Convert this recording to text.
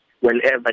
whenever